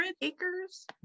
acres